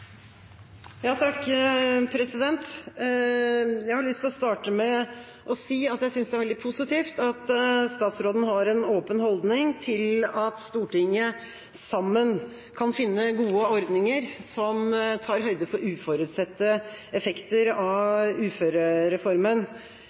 Jeg har lyst til å starte med å si at jeg synes det er veldig positivt at statsråden har en åpen holdning til at Stortinget sammen kan finne gode ordninger som tar høyde for uforutsette effekter av uførereformen.